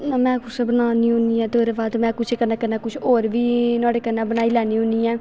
में कुछ बनान्नी होन्नी ऐं ते ओह्दे बाद में कुछ कन्नै कन्नै कुछ होर बी नोहाड़े कन्नै बनाई लैन्नी होन्नी ऐं